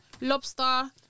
Lobster